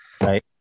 Right